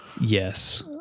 Yes